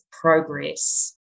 progress